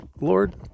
Lord